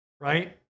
right